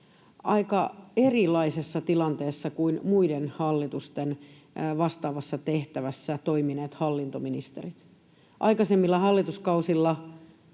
aika erilaisessa tilanteessa kuin muiden hallitusten vastaavassa tehtävässä toimineet hallintoministerit. Minulla nyt